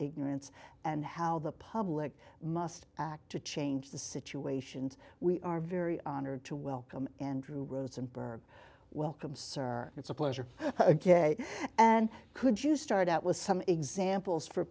ignorance and how the public must act to change the situation and we are very honored to welcome andrew rosenberg welcome sir it's a pleasure and could you start out with some examples for